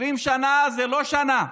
20 שנה זה לא שנה.